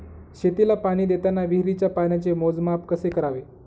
शेतीला पाणी देताना विहिरीच्या पाण्याचे मोजमाप कसे करावे?